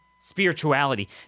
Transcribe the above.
spirituality